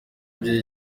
ibyo